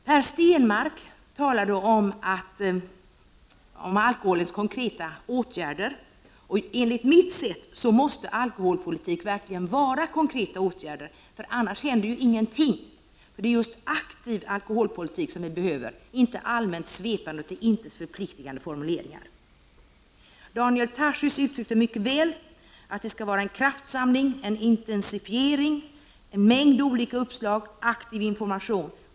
Per Stenmarck talade om konkreta åtgärder mot alkohol, och enligt mitt sätt att se måste alkoholpolitiken verkligen bestå av konkreta åtgärder, annars händer ingenting. Det är just aktiv alkoholpolitik som behövs, inte allmänt svepande och till intet förpliktigande formuleringar. Daniel Tarschys uttryckte mycket väl att det skall göras en kraftsamling, en intensifiering, och att det måste tas fram en mängd olika uppslag och aktiv information.